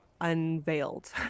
unveiled